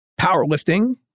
powerlifting